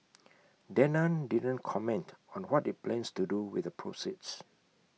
Danone didn't comment on what IT plans to do with the proceeds